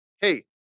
Hey